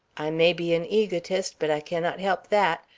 i may be an egotist, but i cannot help that.